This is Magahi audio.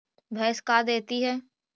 भैंस का देती है?